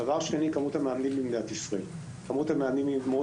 דבר שני, כמות המאמנים במדינת ישראל קטנה מאוד.